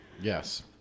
Yes